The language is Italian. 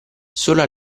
sola